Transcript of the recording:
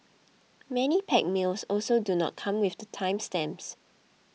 many packed meals also do not come with time stamps